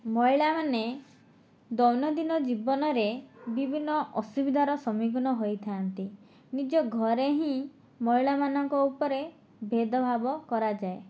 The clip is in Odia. ମହିଳାମାନେ ଦୈନନ୍ଦିନ ଜୀବନରେ ବିଭିନ୍ନ ଅସୁବିଧାର ସମ୍ମୁଖୀନ ହୋଇଥାନ୍ତି ନିଜ ଘରେ ହିଁ ମହିଳାମାନଙ୍କ ଉପରେ ଭେଦଭାବ କରାଯାଏ